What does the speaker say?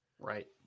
Right